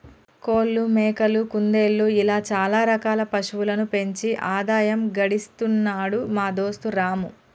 కోళ్లు మేకలు కుందేళ్లు ఇలా చాల రకాల పశువులను పెంచి ఆదాయం గడిస్తున్నాడు మా దోస్తు రాము